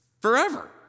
forever